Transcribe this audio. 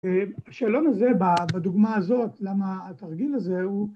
השאלון הזה בדוגמה הזאת, למה התרגיל הזה הוא